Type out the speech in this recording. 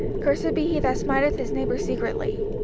cursed be he that smiteth his neighbour secretly.